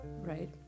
right